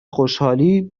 خوشحالی